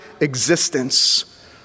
existence